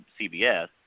CBS